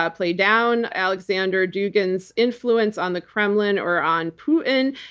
ah play down alexander dugin's influence on the kremlin or on putin.